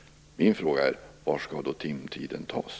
Min fråga är: Var skall timtiden tas?